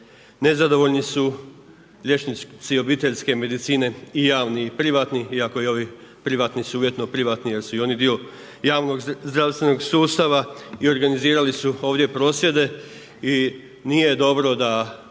nezadovoljni su liječnici obiteljske medicine, i javni i privatni iako i ovi privatni su uvjetno privatni jer su i oni dio javnog zdravstvenog sustava i organizirali su ovdje prosvjede i nije dobro da